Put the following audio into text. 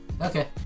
Okay